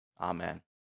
Amen